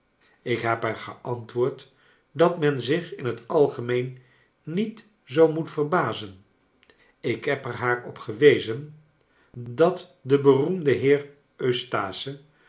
ik heb haar geantwoord dat men zich in het algemeen niet zoo moet verbazen ik heb er haar op gewezen dat de beroemde